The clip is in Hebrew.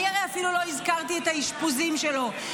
הרי אפילו לא הזכרתי את האשפוזים שלו,